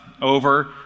over